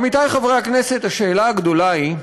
עמיתי חברי הכנסת, השאלה הגדולה היא: